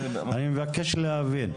אני מבקש להבין.